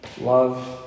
love